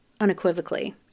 unequivocally